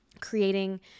creating